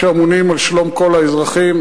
שאמונים על שלום כל האזרחים,